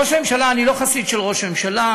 ראש הממשלה, אני לא חסיד של ראש הממשלה,